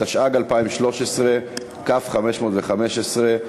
התשע"ג 2013, כ/515.